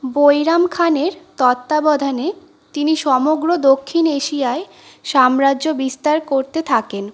বৈরাম খানের তত্ত্বাবধানে তিনি সমগ্র দক্ষিণ এশিয়ায় সাম্রাজ্য বিস্তার করতে থাকেন